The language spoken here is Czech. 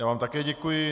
Já vám také děkuji.